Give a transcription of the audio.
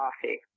coffee